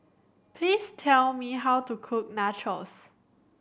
please tell me how to cook Nachos